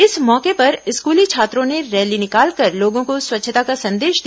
इस मौके पर स्कूली छात्रों ने रैली निकालकर लोगों को स्वच्छता का संदेश दिया